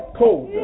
cold